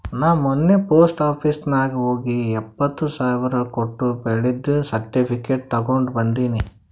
ನಾ ಮೊನ್ನೆ post office ನಾಗ್ ಹೋಗಿ ಎಪ್ಪತ್ ಸಾವಿರ್ ಕೊಟ್ಟು ಬೆಳ್ಳಿದು ಸರ್ಟಿಫಿಕೇಟ್ ತಗೊಂಡ್ ಬಂದಿನಿ